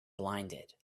blinded